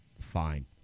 fine